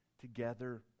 together